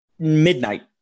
midnight